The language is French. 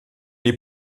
est